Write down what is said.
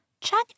check